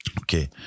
okay